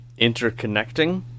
interconnecting